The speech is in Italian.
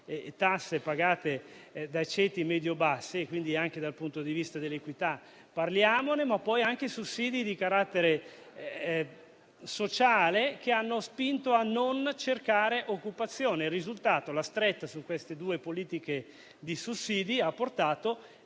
tasse pagate dai ceti medio-bassi, quindi anche dal punto di vista dell'equità. Inoltre i sussidi di carattere sociale hanno spinto a non cercare occupazione. La stretta su queste due politiche di sussidi ha portato